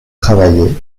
travaillée